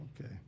Okay